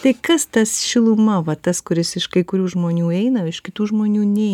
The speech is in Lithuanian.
tai kas tas šiluma va tas kuris iš kai kurių žmonių eina o iš kitų žmonių neina